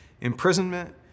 imprisonment